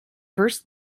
first